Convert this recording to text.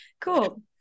Cool